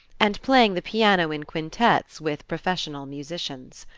and playing the piano in quintets with professional musicians.